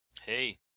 hey